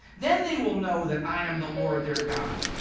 then they will know that i am the lord, their god,